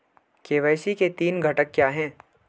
KYC के तीन घटक क्या हैं?